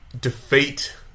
defeat